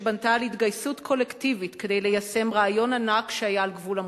שבנתה על התגייסות קולקטיבית כדי ליישם רעיון ענק שהיה על גבול המופרך.